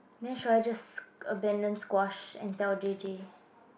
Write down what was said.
then should I just abandon squash and tell J_J